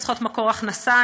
צריכות מקור הכנסה,